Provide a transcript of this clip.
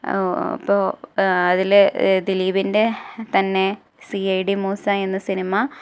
അപ്പോൾ അതിൽ ദിലീപിൻ്റെ തന്നെ സീ ഐ ഡീ മൂസ എന്ന സിനിമ